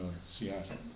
Seattle